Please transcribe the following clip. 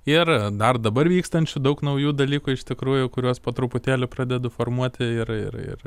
ir dar dabar vykstančių daug naujų dalykų iš tikrųjų kuriuos po truputėlį pradedu formuoti ir ir ir